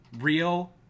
real